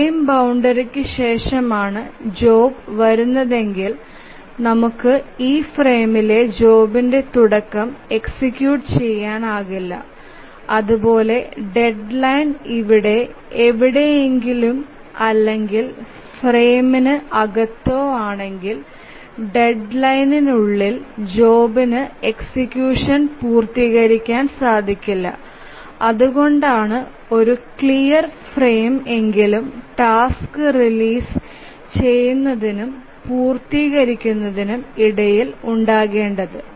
frame ബൌണ്ടറിക് ശേഷമാണു job വരുന്നതേകിൽ നമുക്ക് ഈ ഫ്രെമിലെ ജോബിന്റെ തുടക്കം എക്സിക്യൂട്ട് ചെയ്യാൻ ആകില്ല അതുപോലെ ഡെഡ്ലൈൻ ഇവിടെ എവിടെയെകിലുമോ അല്ലെകിൽ ഫ്രെമിന് അകത്തോ ആണെകിൽ ഡെഡ്ലൈനിനു ഉളിൽ ജോബിന് എക്സിക്യൂഷൻ പൂർത്തികരിക്കാൻ സാധിക്കില്ല അതുകൊണ്ടാണ് ഒരു ക്ലിയർ ഫ്രെയിം എങ്കിലും ടാസ്ക് റിലീസ് ചെയുനതിനും പൂർത്തികരിക്കുന്നതിനും ഇടയിൽ ഉണ്ടാകണമ്